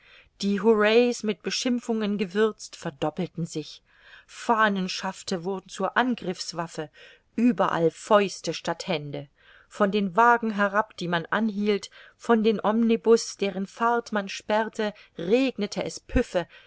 die hurrahs mit beschimpfungen gewürzt verdoppelten sich fahnenschafte wurden zur angriffswaffe überall fäuste statt hände von den wagen herab die man anhielt von den omnibus deren fahrt man sperrte regnete es püffe